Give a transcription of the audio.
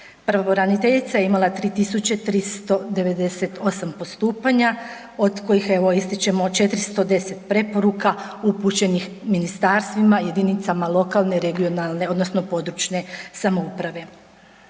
Pravobraniteljica je imala 3398 postupanja, od kojih evo ističemo 410 preporuka upućenih ministarstvima, jedinicama lokalne i regionalne odnosno područne samouprave.